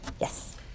Yes